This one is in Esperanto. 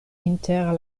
inter